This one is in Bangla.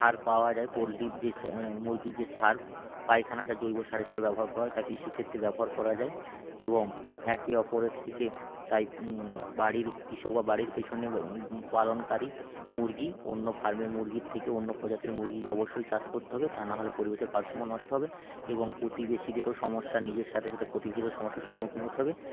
সার পাওয়া যায় পোলট্রির যে সা মুরগির যে সার পায়খানা যা জৈব সার হিসেবে ব্যবহার করা হয় তা কৃষি ক্ষেত্রে ব্যবহার করা যায় এবং একে অপররে থেকে তাই বাড়ির কৃষক বা বাড়ির পেছনে পালনকারী মুরগি অন্য ফার্মের মুরগির থেকে অন্য প্রজাতির মুরগি অবশ্যই চাষ করতে হবে তা না হলে পরিবেশের ভারসাম্য নষ্ট হবে এবং প্রতিবেশীদেরও সমস্যা নিজের সাথে সাথে প্রতিবেশীদেরও সমস্যার সম্মুখীন হতে হবে